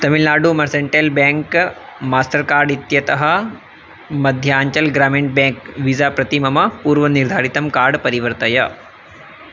Tamil Nadu mercantile bank Mastercard इत्यतः Madhyanchal Gramin bank Visa प्रति मम पूर्वनिर्धारितं कार्ड् परिवर्तय